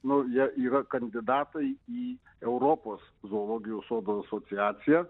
nu jie yra kandidatai į europos zoologijos sodų asociaciją